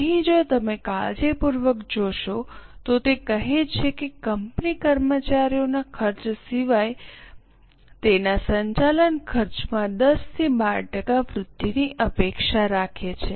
અહીં જો તમે કાળજીપૂર્વક જોશો તો તે કહે છે કે કંપની કર્મચારીના ખર્ચ સિવાય તેના સંચાલન ખર્ચમાં 10 થી 12 ટકા વૃદ્ધિની અપેક્ષા રાખે છે